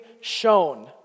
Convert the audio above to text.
shown